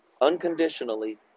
Unconditionally